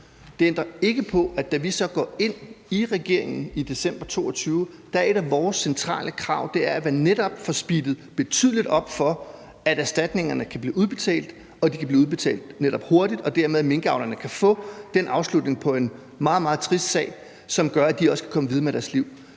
Det ændrer ikke på, at da vi så går ind i regeringen i december 2022, er et af vores centrale krav, at vi netop får speedet betydeligt op for, at erstatningerne kan blive udbetalt, at de netop kan blive udbetalt hurtigt, og at minkavlerne dermed kan få den afslutning på en meget, meget trist sag, som gør, at de også kan komme videre med deres liv.